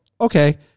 okay